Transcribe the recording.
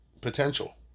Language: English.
potential